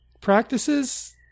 practices